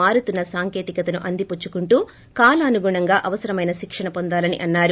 మారుతున్న సాంకేతికతను అందిపుచ్చుకుంటూ కాలానుగుణగా అవసరమైన శిక్షణ పొందాలని అన్నారు